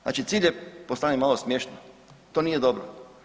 Znači cilj je, postaje malo smiješno, to nije dobro.